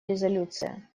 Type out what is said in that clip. резолюция